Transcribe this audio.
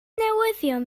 newyddion